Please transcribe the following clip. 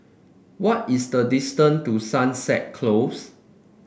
what is the distance to Sunset Close